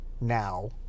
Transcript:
now